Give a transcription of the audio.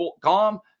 calm